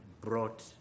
brought